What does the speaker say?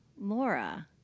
Laura